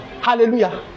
hallelujah